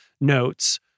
notes